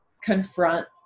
confront